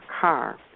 car